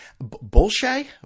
bullshit